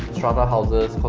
strata houses,